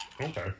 okay